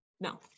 No